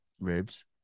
Ribs